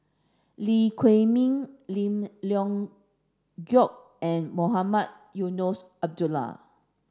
Lee Huei Min Lim Leong Geok and Mohamed Eunos Abdullah